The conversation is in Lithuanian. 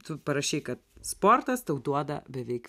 tu parašei kad sportas tau duoda beveik